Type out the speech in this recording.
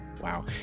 wow